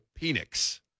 Penix